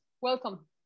welcome